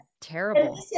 terrible